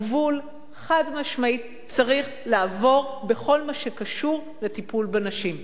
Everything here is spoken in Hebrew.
הגבול חד-משמעית צריך לעבור בכל מה שקשור לטיפול בנשים.